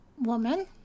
woman